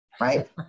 right